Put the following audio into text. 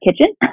kitchen